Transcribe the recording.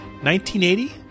1980